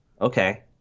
Okay